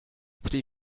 three